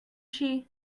she